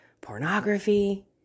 pornography